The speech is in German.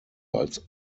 als